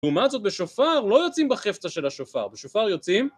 לעומת זאת, בשופר לא יוצאים בחפצה של השופר, בשופר יוצאים...